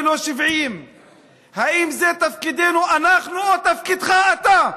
ולא 70. האם זה תפקידנו שלנו או תפקידך שלך?